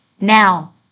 now